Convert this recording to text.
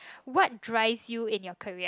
what drives you in your career